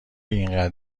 اینقدر